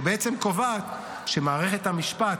שבעצם קובע שמערכת המשפט,